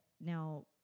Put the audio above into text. Now